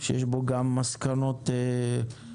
ויש בו גם מסקנות, בחלקן